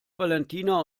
valentina